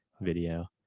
video